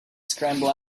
scramble